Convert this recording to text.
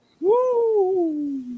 Woo